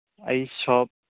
ꯑꯩ ꯁꯣꯞ